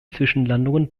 zwischenlandungen